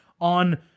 on